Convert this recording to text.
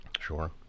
Sure